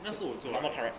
那时我做 right